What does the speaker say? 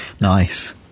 Nice